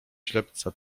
ślepca